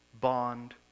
bond